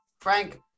Frank